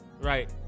right